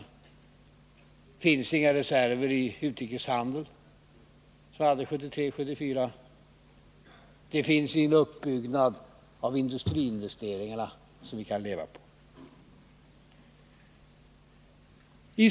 Inte heller finns det några reserver i utrikeshandeln som fallet var 1973 och 1974. Det finns ingen uppbyggnad av industriinvesteringarna som vi kan leva på.